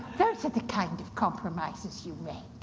those are the kind of compromises you make.